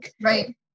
right